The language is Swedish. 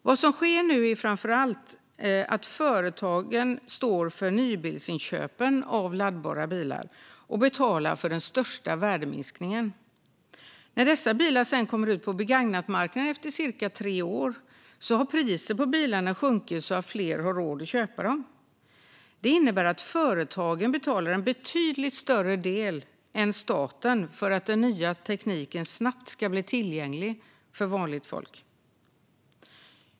Vad som sker nu är att framför allt företag står för nybilsinköpen av laddbara bilar och betalar för den största värdeminskningen. När dessa bilar sedan kommer ut på begagnatmarknaden efter cirka tre år har priset på bilarna sjunkit så att fler har råd att köpa dem. Det innebär att företagen betalar en betydligt större del än staten för att den nya tekniken snabbt ska bli tillgänglig för vanligt folk.